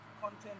content